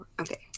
Okay